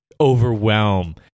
overwhelm